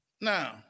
Now